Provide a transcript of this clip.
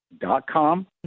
dot-com